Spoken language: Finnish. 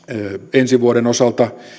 ensi vuoden osalta